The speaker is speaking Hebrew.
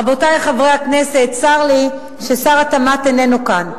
רבותי חברי הכנסת, צר לי ששר התמ"ת איננו כאן.